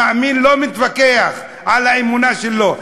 המאמין לא מתווכח על האמונה שלו.